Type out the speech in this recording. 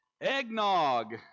eggnog